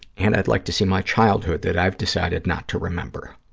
and i'd like to see my childhood that i've decided not to remember.